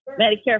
Medicare